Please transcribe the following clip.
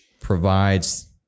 provides